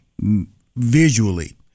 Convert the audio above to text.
visually